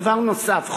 דבר נוסף,